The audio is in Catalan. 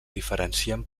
diferencien